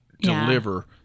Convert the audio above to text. deliver